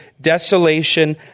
desolation